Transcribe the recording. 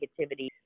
negativity